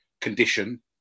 condition